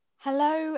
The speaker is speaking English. Hello